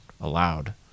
allowed